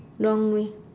wrong way